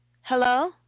Hello